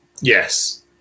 Yes